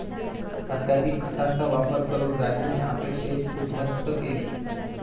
अत्यधिक खतांचा वापर करून राजूने आपले शेत उध्वस्त केले